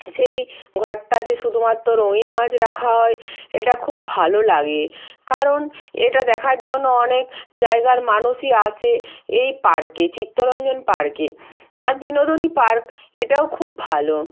সেই ঘরটাতে শুধুমাত্র রঙিন মাছ রাখা হয় এটা খুব ভালো লাগে কারণ এটা দেখার জন্য অনেক জায়গার মানুষই আসে এই পার্কে চিত্তরঞ্জন পার্কে আর বিনোদনী পার্ক এটাও খুব ভালো